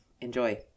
Enjoy